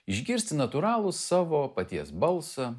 išgirsti natūralų savo paties balsą